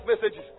messages